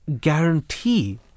guarantee